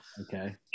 Okay